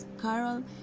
Carol